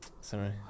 Sorry